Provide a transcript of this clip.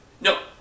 no